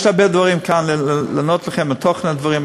יש הרבה דברים כאן לענות לכם לתוכן הדברים,